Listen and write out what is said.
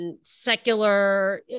secular